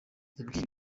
yabwiye